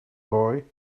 boy